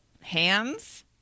hands